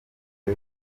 bwa